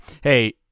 Hey